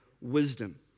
wisdom